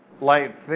light